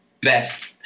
best